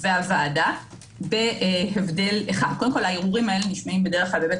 והוועדה בהבדל אחד הערעורים האלה נשמעים בדרך כלל בבית